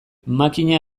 makina